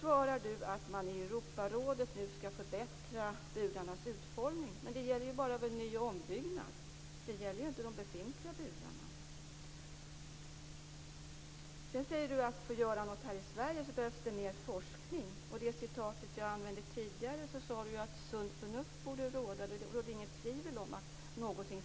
Varför har hon inte gjort något nu när hon har blivit jordbruksminister och haft chansen att göra någonting?